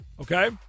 okay